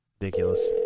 Ridiculous